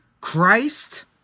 Christ